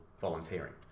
volunteering